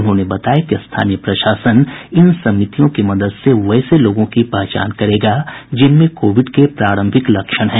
उन्होंने बताया कि स्थानीय प्रशासन इन समितियों की मदद से वैसे लोगों का पहचान करेगा जिनमें कोविड के प्रारंभिक लक्षण हैं